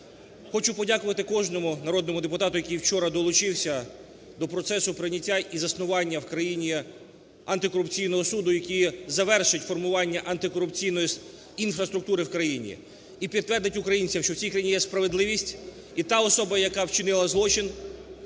Хочу подякувати кожному народному депутату, який вчора долучився до процесу прийняття і заснування в країні антикорупційного суду, який завершить формування антикорупційної інфраструктури в країні, і підтвердити українцям, що в цій країні є справедливість, і та особа, яка вчинила злочин,